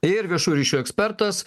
ir viešųjų ryšių ekspertas